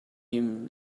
him